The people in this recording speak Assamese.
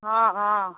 অঁ অঁ